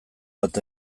bat